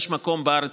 יש מקום בארץ,